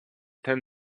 ten